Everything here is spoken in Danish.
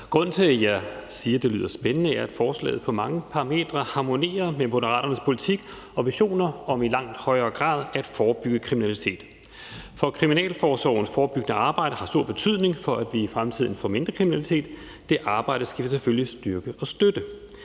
Grunden til, at jeg siger, det lyder spændende, er, at forslaget på mange parametre harmonerer med Moderaternes politik og visioner om i langt højere grad at forebygge kriminalitet. For kriminalforsorgens forebyggende arbejde har stor betydning for, at vi i fremtiden får mindre kriminalitet. Det arbejde skal vi selvfølgelig styrke og støtte.